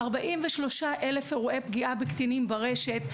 43,000 אירועי פגיעה בקטינים ברשת.